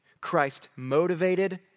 Christ-motivated